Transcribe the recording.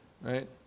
right